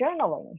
journaling